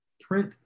print